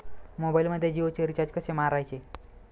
मोबाइलमध्ये जियोचे रिचार्ज कसे मारायचे?